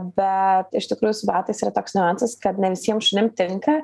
bet iš tikrųjų su batais yra toks niuansas kad ne visiem šunim tinka